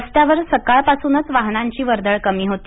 रस्त्यावर सकाळपासूनच वाहनाची वर्दळ कमी होती